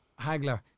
Hagler